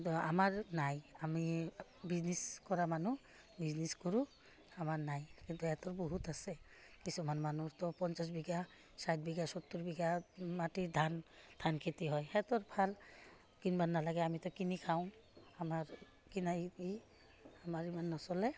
কিন্তু আমাৰ নাই আমি বিজনেছ কৰা মানুহ বিজনেছ কৰোঁ আমাৰ নাই কিন্তু হেঁতৰ বহুত আছে কিছুমান মানুহৰতো পঞ্চাছ বিঘা চাৰি বিঘা সত্তৰ বিঘা মাটিৰ ধান ধান খেতি হয় হেঁতৰ ভাল কিনিব নালাগে আমিতো কিনি খাওঁ আমাৰ কিনাই আমাৰ ইমান নচলে